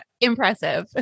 Impressive